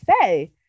say